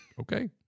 okay